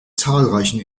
zahlreichen